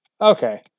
Okay